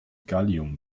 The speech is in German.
gallium